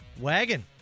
Wagon